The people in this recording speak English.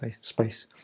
space